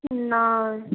नै